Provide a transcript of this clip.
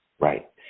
Right